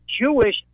Jewish